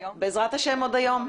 בעזרת השם עוד היום.